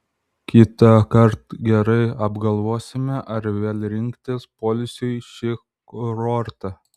kitąkart gerai apgalvosime ar vėl rinktis poilsiui šį kurortą